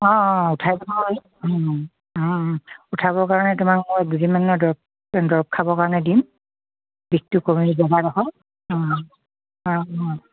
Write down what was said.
অঁ অঁ উঠাই দিব অঁ অঁ উঠাবৰ কাৰণে তোমাক মই দুদিনমান দ দৰৱ খাবৰ কাৰণে দিম বিষটো কমি জেগাডোখৰ অঁ অঁ অঁ